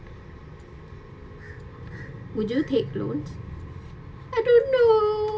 would you take loan I don't know